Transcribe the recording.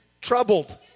troubled